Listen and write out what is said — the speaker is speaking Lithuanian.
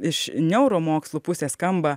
iš neuromokslų pusės skamba